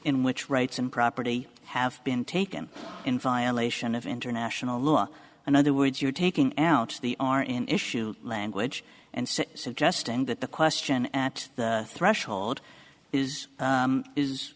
in which rights and property have been taken in violation of international law in other words you're taking out the are in issue language and suggesting that the question at the threshold is is is